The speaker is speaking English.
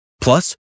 Plus